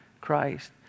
Christ